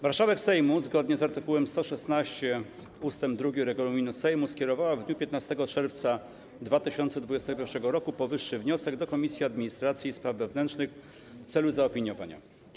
Marszałek Sejmu, zgodnie z art. 116 ust. 2 regulaminu Sejmu, skierowała w dniu 15 czerwca 2021 r. powyższy wniosek do Komisji Administracji i Spraw Wewnętrznych w celu zaopiniowania.